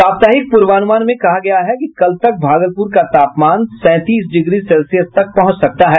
सप्ताहिक प्र्वानुमान में कहा गया है कि कल तक भागलुपर का तापमान सैंतीस डिग्री सेल्सियस तक पहुंच सकता है